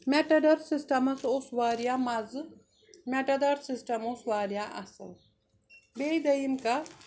Matador systems اوس وارِیاہ مَزٕ مٮ۪ٹاڈار سِسٹَم اوس وارِیاہ اَصٕل بیٚیہِ دٔیِم کَتھ